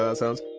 ah sounds?